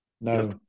No